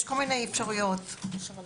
יש כל מיני אפשרויות בחוק.